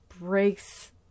breaks